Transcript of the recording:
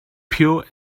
pure